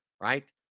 right